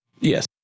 Yes